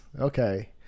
Okay